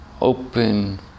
open